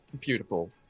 Beautiful